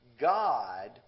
God